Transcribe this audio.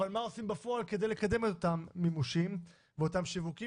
אבל מה עושים בפועל כדי לקדם את אותם מימושים ואת השיווק,